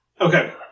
Okay